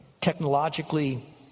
technologically